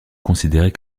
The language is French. considérée